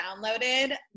downloaded